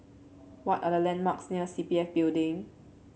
what are the landmarks near C P F Building